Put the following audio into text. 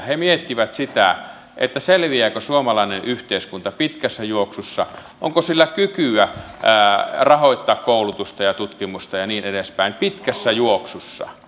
he miettivät sitä selviääkö suomalainen yhteiskunta pitkässä juoksussa onko sillä kykyä rahoittaa koulutusta ja tutkimusta ja niin edespäin pitkässä juoksussa